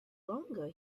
longer